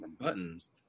buttons